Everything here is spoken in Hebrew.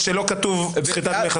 ושלא כתוב סחיטת דמי חסות.